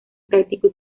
práctico